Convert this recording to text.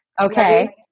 Okay